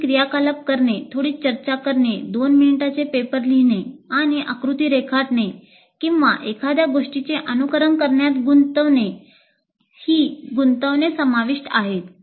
काही क्रियाकलाप करणे थोडी चर्चा करणे 2 मिनिटांचे पेपर लिहिणे किंवा आकृती रेखाटणे किंवा एखाद्या गोष्टीचे अनुकरण करण्यात गुंतणे गुंतणे समाविष्ट आहे